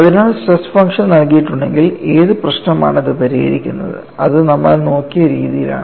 അതിനാൽ stress function നൽകിയിട്ടുണ്ടെങ്കിൽ ഏത് പ്രശ്നമാണ് അത് പരിഹരിക്കുന്നത് അത് നമ്മൾ നോക്കിയ രീതിയാണ്